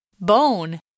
Bone